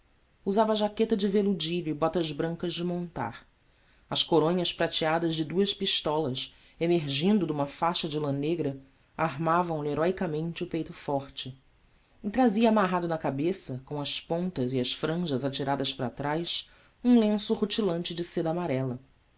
usava jaqueta de veludilho e botas brancas de montar as coronhas prateadas de duas pistolas emergindo de uma faixa de lã negra armavam lhe heroicamente o peito forte e trazia amarrado na cabeça com as pontas e as franjas atiradas para trás um lenço rutilante de seda amarela